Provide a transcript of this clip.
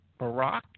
Barack